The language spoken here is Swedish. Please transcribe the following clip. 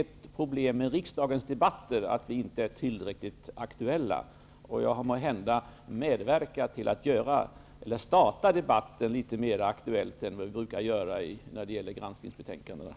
Ett problem med riksdagens debatter är att de inte är tillräckligt aktuella. Jag har kanske medverkat till att göra den här debatten litet mera aktuell än vi brukar göra när det gäller granskningsbetänkandena.